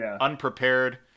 unprepared